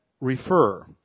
refer